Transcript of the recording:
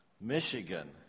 Michigan